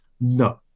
No